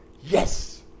Yes